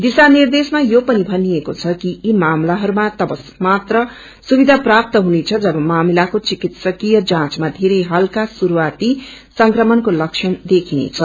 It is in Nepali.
दिशा निर्देशामा यो पनि थनिएको छ कि यी मामलाहरूमा तबमात्र सुविधा प्राप्त हुनेछ जब मामिलको विकित्सीय जाँचमा बेरै हल्का श्रुस्आती संक्रमणको लक्षण देखिनेछ